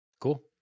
Cool